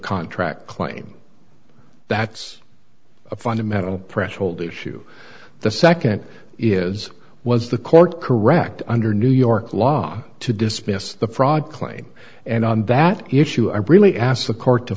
contract claim that's a fundamental pressure hold issue the second is was the court correct under new york law to dismiss the fraud claim and on that issue i really asked the court to